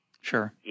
sure